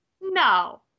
no